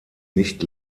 nicht